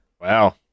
Wow